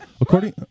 According